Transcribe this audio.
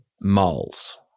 moles